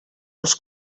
als